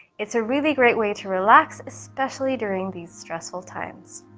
it's a really great way to relax, especially during these stressful times.